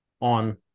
on